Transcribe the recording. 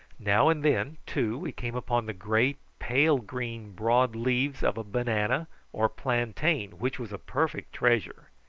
now and then, too, we came upon the great pale-green broad leaves of a banana or plantain, which was a perfect treasure.